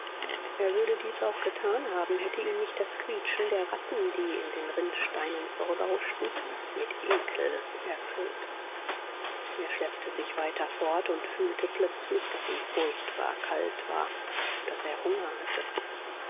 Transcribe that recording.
er würde dies auch getan haben hätte ihn nicht das quietschen der ratten die in den rinnsteinen vorüberhuschten mit ekel erfüllt er schleppte sich weiter fort und fühlte plötzlich daß ihm furchtbar kalt war und daß er hunger hatte